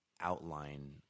outline